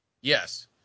Yes